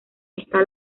está